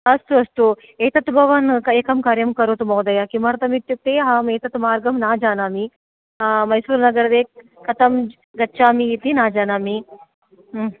अस्तु अस्तु एतत् भवान् एकं कार्यम् करोतु महोदय किमर्थम् इत्युक्ते अहम् एतत् मार्गं न जानामि मैसूरु नगरे कथं गच्छामि इति न जानामि